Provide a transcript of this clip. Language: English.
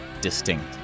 distinct